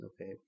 okay